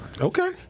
Okay